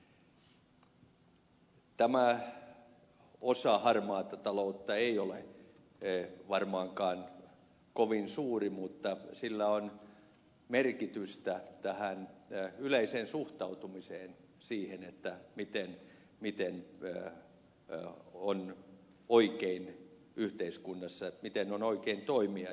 tämä osa harmaata taloutta ei ole varmaankaan kovin suuri mutta sillä on merkitystä tähän yleiseen suhtautumiseen siihen miten on oikein yhteiskunnassa toimia